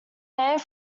named